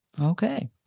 okay